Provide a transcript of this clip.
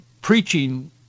preaching